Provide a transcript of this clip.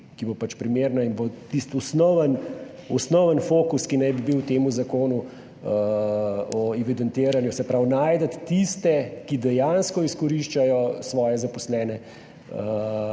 ki bo pač primerna in bo tisti osnoven fokus, ki naj bi bil v temu Zakonu o evidentiranju se pravi najti tiste, ki dejansko izkoriščajo svoje zaposlene in